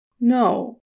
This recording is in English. No